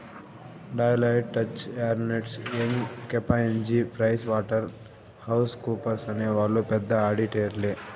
Deloitte, Touche Ernst, Young KPMG Price Waterhouse కూపర్స్అనే వాళ్ళు పెద్ద ఆడిటర్లే